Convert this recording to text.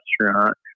restaurant